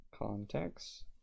Context